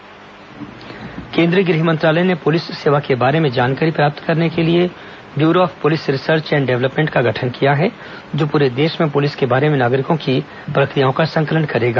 गृह मंत्रालय सर्वेक्षण केंद्रीय गृह मंत्रालय ने पुलिस सेवा के बारे में जानकारी प्राप्त करने के लिए bureau of police research and development का गठन किया है जो पूरे देश में पुलिस के बारे में नागरिकों की प्रक्रियाओं का संकलन करेगा